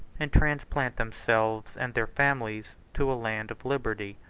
and transplant themselves and their families to a land of liberty.